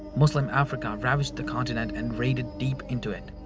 muslim africa ravaged the continent and raided deep into it.